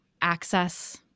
access